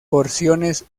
porciones